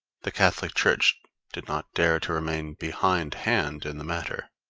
the catholic church did not dare to remain behind-hand in the matter.